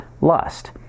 lust